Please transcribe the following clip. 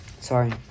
Sorry